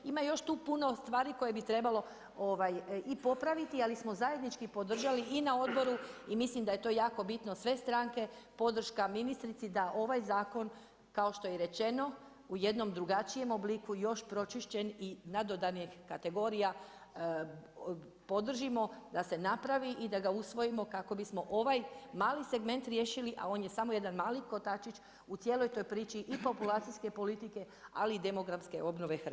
Ima još tu puno stvari koje bi trebalo i popraviti, ali smo zajednički podržali i na odboru i mislim da je to jako bitno sve stranke, podrška ministrici da ovaj zakon kao što je rečeno u jednom drugačijem obliku još pročišćen i nadodanih kategorija podržimo da se napravi i da ga usvojimo kako bismo ovaj mali segment riješili, a on je samo jedan mali kotačić u cijeloj toj priči i populacijske politike, ali i demografske obnove Hrvatske.